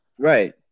Right